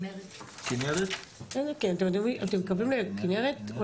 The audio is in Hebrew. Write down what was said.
קודם כל שלום לכולם,